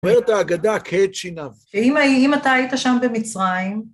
אומרת ההגדה הקהה את שיניו. ואם אתה היית שם במצרים...